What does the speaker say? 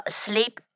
sleep